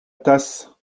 tasse